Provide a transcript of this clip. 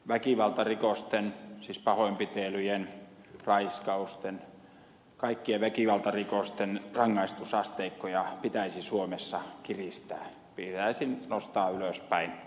väkivaltarikosten siis pahoinpitelyjen raiskausten kaikkien väkivaltarikosten rangaistusasteikkoja pitäisi suomessa kiristää pitäisi nostaa ylöspäin